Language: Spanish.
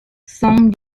son